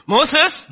Moses